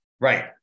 Right